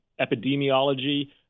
epidemiology